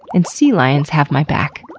and sea lions have my back.